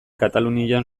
katalunian